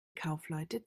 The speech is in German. kaufleute